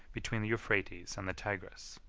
between the euphrates and the tigris.